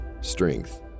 strength